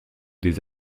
des